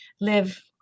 live